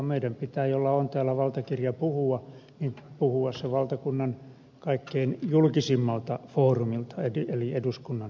meidän joilla on täällä valtakirja pitää puhua se valtakunnan kaikkien julkisimmalta foorumilta eli eduskunnan puhujakorokkeelta